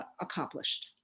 accomplished